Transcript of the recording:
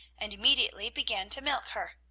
and immediately began to milk her.